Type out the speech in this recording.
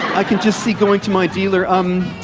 i can just see going to my dealer, um,